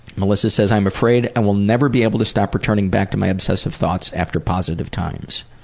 melissa says, i'm afraid i will never be able to stop returning back to my obsessive thoughts after positive times.